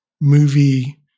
movie